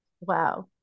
Wow